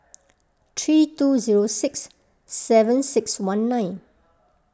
three two zero six seven six one nine